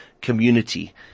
community